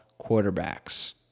quarterbacks